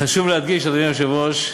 חשוב להדגיש, אדוני היושב-ראש,